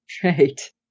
great